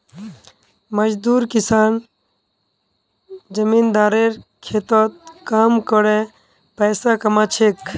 मजदूर किसान जमींदारेर खेतत काम करे पैसा कमा छेक